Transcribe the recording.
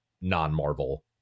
non-Marvel